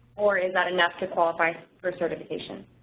or is that enough to qualify for certification?